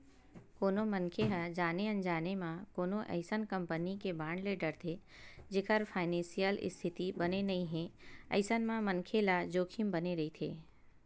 कोनो मनखे ह जाने अनजाने म कोनो अइसन कंपनी के बांड ले डरथे जेखर फानेसियल इस्थिति बने नइ हे अइसन म मनखे ल जोखिम बने रहिथे